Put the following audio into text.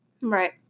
Right